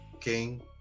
King